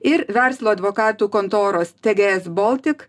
ir verslo advokatų kontoros tegėjes boltik